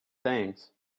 things